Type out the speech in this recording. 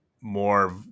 more